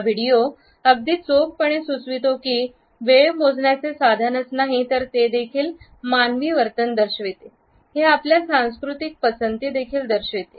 हा व्हिडिओ अगदी चोखपणे सुचवितो की वेळ मोजण्याचे साधनच नाही तर ते देखील मानवी वर्तन दर्शवते हे आपल्या सांस्कृतिक पसंती देखील दर्शवते